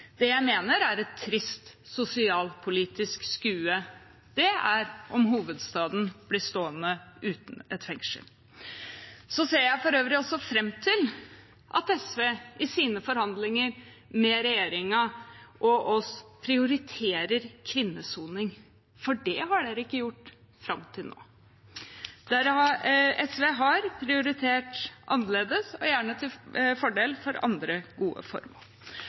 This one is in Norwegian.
Det jeg mener ville vært et trist sosialpolitisk skue, var om hovedstaden blir stående uten et fengsel. Så ser jeg for øvrig også fram til at SV i sine forhandlinger med regjeringen og oss prioriterer kvinnesoning, for det har ikke SV gjort fram til nå. SV har prioritert annerledes og gjerne til fordel for andre gode formål.